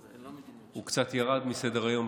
הוא קצת ירד מסדר-היום,